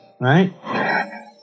right